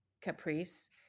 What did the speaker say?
Caprice